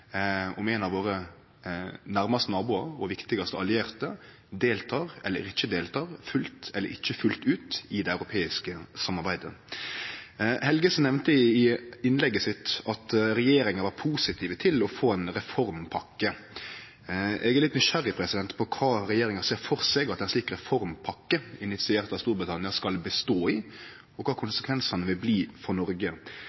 om ein av våre nærmaste naboar og viktigaste allierte deltek eller ikkje deltek, fullt ut eller ikkje fullt ut, i det europeiske samarbeidet. Helgesen nemnde i innlegget sitt at regjeringa var positiv til å få ei reformpakke. Eg er litt nysgjerrig på kva regjeringa ser for seg at ei slik reformpakke, initiert av Storbritannia, skal bestå i, og kva